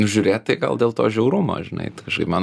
nu žiūrėt tai gal dėl to žiaurumo žinai kažkaip man